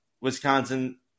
Wisconsin